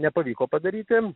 nepavyko padaryti